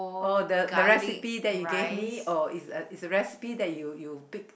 oh the the recipe that you gave me oh is a is a recipe that you you pick